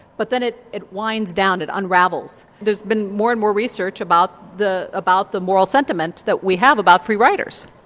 but then it it winds down, it unravels. there's been more and more research about the about the moral sentiment that we have about free riders.